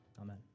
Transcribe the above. Amen